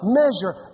measure